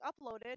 uploaded